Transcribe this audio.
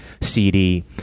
CD